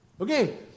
Okay